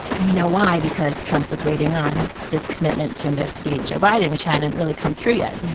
and we know why. because trump was waiting on this commitment to investigate joe biden, which hadn't really come through yet.